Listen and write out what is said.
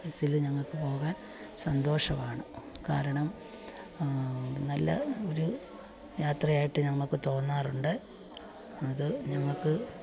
ബസ്സില് ഞങ്ങൾക്ക് പോകാൻ സന്തോഷമാണ് കാരണം നല്ല ഒരു യാത്രയായിട്ട് നമുക്ക് തോന്നാറുണ്ട് അത് ഞങ്ങൾക്ക്